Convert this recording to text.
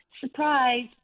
Surprise